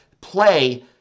play